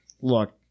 look